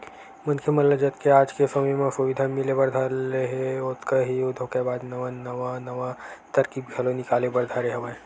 मनखे मन ल जतके आज के समे म सुबिधा मिले बर धरे हे ओतका ही धोखेबाज मन नवा नवा तरकीब घलो निकाले बर धरे हवय